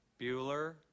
Bueller